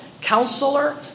Counselor